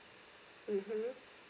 mmhmm